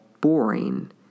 boring